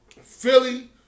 Philly